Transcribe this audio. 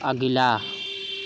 अगिला